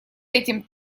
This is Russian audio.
этим